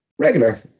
regular